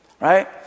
Right